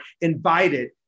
invited